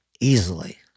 easily